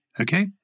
Okay